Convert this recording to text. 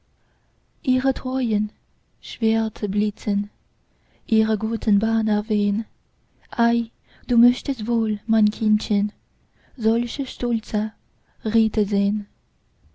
ihre teuern schwerter blitzen ihre guten banner wehn ei du möchtest wohl mein kindchen solche stolze ritter sehn